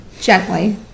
gently